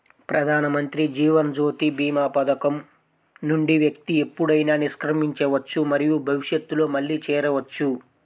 ప్రధానమంత్రి జీవన్ జ్యోతి భీమా పథకం నుండి వ్యక్తి ఎప్పుడైనా నిష్క్రమించవచ్చు మరియు భవిష్యత్తులో మళ్లీ చేరవచ్చు